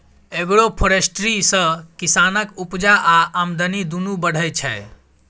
agroforestry सँ किसानक उपजा आ आमदनी दुनु बढ़य छै